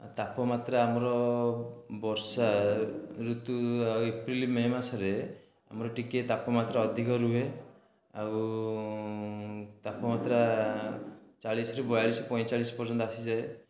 ତାପମାତ୍ରା ଆମର ବର୍ଷାଋତୁ ଏପ୍ରିଲ ମେ ମାସରେ ଆମର ଟିକେ ତାପମାତ୍ରା ଅଧିକ ରୁହେ ଆଉ ତାପମାତ୍ରା ଚାଳିଶ ରୁ ବୟାଲିଶ ପଞ୍ଚ ଚାଳିଶ ପର୍ଯ୍ୟନ୍ତ ଆସିଯାଏ